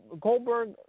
Goldberg